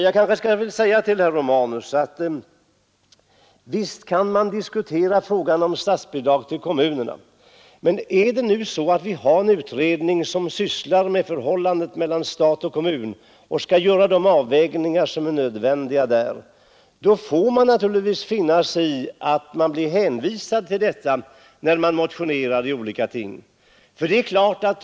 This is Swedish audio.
Jag vill säga till herr Romanus, att visst kan man diskutera frågan om statsbidrag till kommunerna, men när vi nu har en utredning som sysslar med förhållandet mellan stat och kommun och som skall göra de avvägningar som är nödvändiga, då får man finna sig i att bli hänvisad till detta när man motionerar om olika ting.